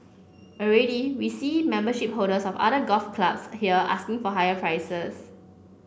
already we see membership holders of other golf clubs here asking for higher prices